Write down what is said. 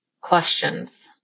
questions